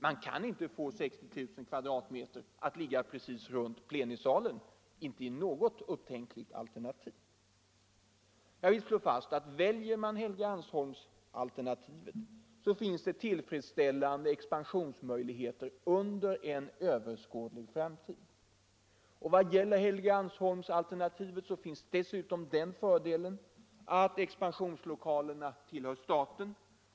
Man kan inte få de önskade 60 000 m” att ligga precis runt plenisalen — inte i något tänkbart alternativ. Jag vill slå fast: Väljs Helgeandsholmsalternativet, finns det tillfredsställande expansionsmöjligheter under en överskådlig framtid. I vad gäller Helgeandsholmsalternativet finns dessutom den fördelen, att expansionslokalerna tillhör stater.